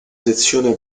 sezione